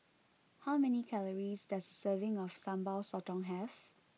how many calories does a serving of Sambal Sotong have